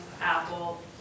Apple